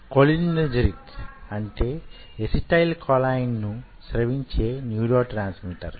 cholinergic అంటే acetyl choline ను స్రవించే న్యూరోట్రాన్స్మిటర్ లు